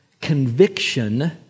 conviction